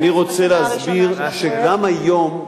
אני רוצה להסביר שגם היום,